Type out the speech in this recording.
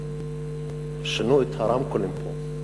שינו את הרמקולים פה,